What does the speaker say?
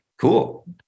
Cool